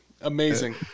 Amazing